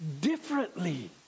differently